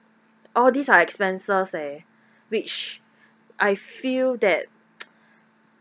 all these are expenses leh which I feel that